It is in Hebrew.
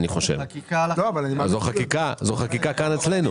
זאת חקיקה שנעשתה כאן אצלנו.